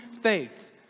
faith